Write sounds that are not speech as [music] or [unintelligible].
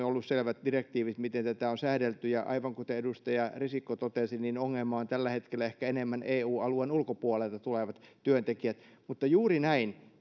[unintelligible] ollut selvät direktiivit miten tätä on säädelty ja aivan kuten edustaja risikko totesi niin ongelma on tällä hetkellä ehkä enemmän eu alueen ulkopuolelta tulevat työntekijät mutta juuri näin [unintelligible]